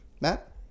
Matt